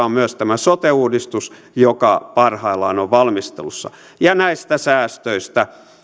on myös tämä sote uudistus joka parhaillaan on valmistelussa näistä säästöistä